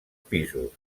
pisos